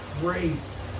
grace